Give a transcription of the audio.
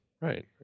Right